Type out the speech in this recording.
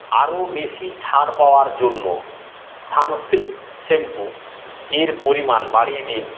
আরও বেশি ছাড় পাওয়ার জন্য সানসিল্ক শ্যাম্পু এর পরিমাণ বাড়িয়ে দিন